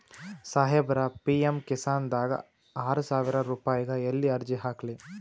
ಸಾಹೇಬರ, ಪಿ.ಎಮ್ ಕಿಸಾನ್ ದಾಗ ಆರಸಾವಿರ ರುಪಾಯಿಗ ಎಲ್ಲಿ ಅರ್ಜಿ ಹಾಕ್ಲಿ?